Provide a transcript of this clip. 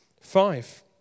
Five